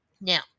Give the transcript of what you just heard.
Now